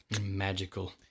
Magical